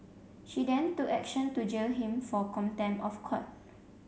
she then took action to jail him for contempt of court